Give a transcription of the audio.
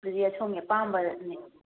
ꯑꯗꯨꯗꯤ ꯑꯁꯣꯝꯒꯤ ꯑꯄꯥꯝꯕꯅꯤ